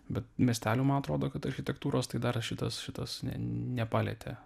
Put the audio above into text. bet miestelių man atrodo kad architektūros tai dar šitas šitas nepalietė